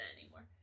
anymore